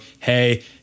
Hey